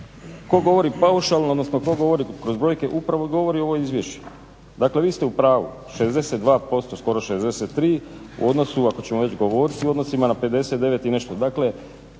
tko govori paušalno, odnosno tko govori kroz brojke upravo govori o izvješćima. Dakle, vi ste u pravu, 62%, skoro 63 u odnosu, ako ćemo već govoriti u odnosima na 59 i nešto,